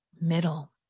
middle